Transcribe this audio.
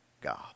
God